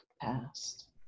past